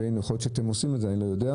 יכול להיות שאתם עושים את זה, אני לא יודע.